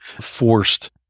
forced